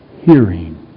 hearing